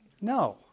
No